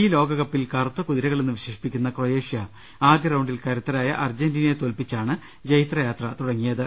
ഈ ലോകകപ്പിൽ കറുത്ത കുതിരകൾ എന്ന് വിശേഷിപ്പിക്കുന്ന ക്രൊയേഷ്യ ആദ്യ റൌണ്ടിൽ കരുത്ത രായ അർജന്റീനയെ തോല്പിച്ചാണ് ജൈത്രയാത്ര തുടങ്ങിയത്